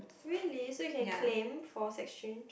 really so you can claim for exchange